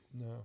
No